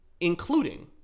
including